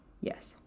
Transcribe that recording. yes